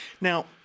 Now